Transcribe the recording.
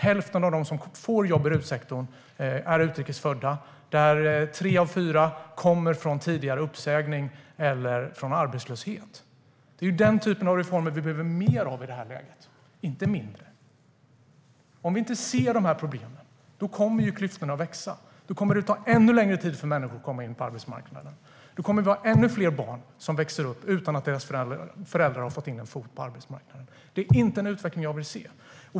Hälften av dem som får jobb i RUT-sektorn är utrikes födda, och tre av fyra kommer från tidigare uppsägning eller arbetslöshet. Det är den typen av reformer vi behöver mer av i det här läget, inte mindre. Om vi inte ser dessa problem kommer klyftorna att växa, och då kommer det att ta ännu längre tid för människor att komma in på arbetsmarknaden. Då kommer vi att ha ännu fler barn som växer upp utan att deras föräldrar har fått in en fot på arbetsmarknaden. Det är inte en utveckling jag vill se.